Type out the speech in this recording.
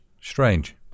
Strange